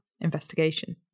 investigation